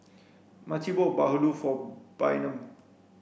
Maci bought bahulu for Bynum